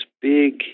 big